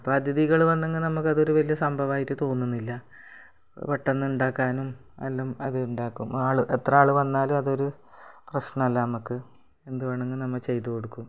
അപ്പോൾ അതിഥികൾ വന്നെങ്കിൽ അത് വലിയ സംഭവമായിട്ട് തോന്നുന്നില്ല പെട്ടെന്ന് ഉണ്ടാക്കാനും എല്ലാം അത് ഉണ്ടാക്കും ആൾ എത്ര ആൾ വന്നാലും അതൊരു പ്രശ്നമല്ല നമുക്ക് എന്ത് വേണമെങ്കിൽ നമ്മൾ ചെയ്തു കൊടുക്കും